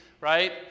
right